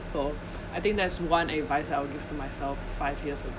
so I think that's one advice I will give to myself five years ago